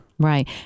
Right